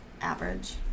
Average